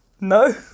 no